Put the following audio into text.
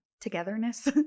togetherness